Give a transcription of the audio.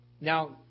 Now